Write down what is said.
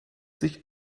sich